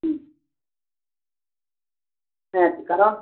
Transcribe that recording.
হুম হ্যাঁ কারণ